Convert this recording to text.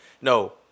No